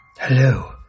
Hello